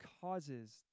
causes